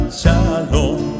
shalom